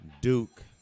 Duke